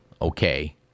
okay